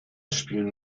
spielen